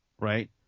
right